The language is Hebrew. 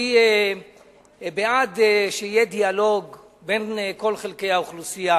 אני בעד דיאלוג בין כל חלקי האוכלוסייה,